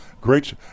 Great